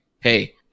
hey